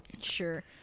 Sure